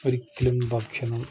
ഒരിക്കലും ഭക്ഷണം